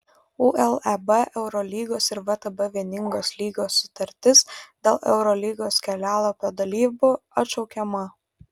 uleb eurolygos ir vtb vieningos lygos sutartis dėl eurolygos kelialapio dalybų atšaukiama